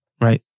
right